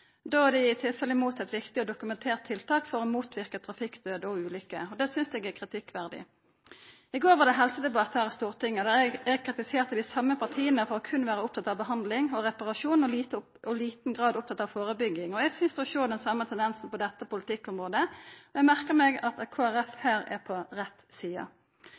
Då er dei i tilfelle mot eit viktig og dokumentert tiltak for å motverka trafikkdød og ulykker. Det synest eg er kritikkverdig. I går var det helsedebatt her i Stortinget, der eg kritiserte dei same partia for berre å vera opptatt av behandling og reparasjon og i liten grad opptatt av førebygging. Eg synest å sjå den same tendensen på dette politikkområdet. Eg merkar meg at Kristeleg Folkeparti her er på rett side.